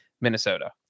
Minnesota